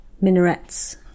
minarets